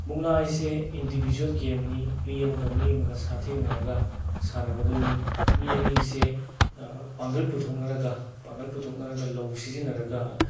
ꯃꯨꯛꯅꯥ ꯍꯥꯏꯁꯦ ꯏꯟꯗꯤꯕꯤꯖ꯭ꯋꯦꯜ ꯒꯦꯝꯅꯤ ꯃꯤ ꯑꯃꯒ ꯃꯤ ꯑꯃꯒ ꯁꯥꯊꯦꯡꯅꯔꯒ ꯁꯥꯟꯅꯒꯗꯣꯏꯅꯤ ꯃꯤ ꯑꯅꯤꯁꯦ ꯄꯥꯡꯒꯜ ꯄꯨꯊꯣꯛꯅꯔꯒ ꯄꯥꯡꯒꯜ ꯄꯨꯊꯣꯛꯅꯔꯒ ꯂꯧ ꯁꯤꯖꯤꯟꯅꯔꯒ